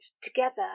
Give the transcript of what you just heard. together